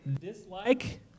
dislike